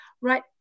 right